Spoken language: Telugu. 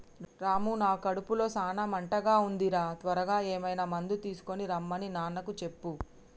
రాము నా కడుపులో సాన మంటగా ఉంది రా త్వరగా ఏమైనా మందు తీసుకొనిరమన్ని నాన్నకు చెప్పు